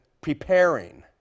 preparing